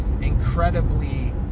incredibly